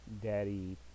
daddy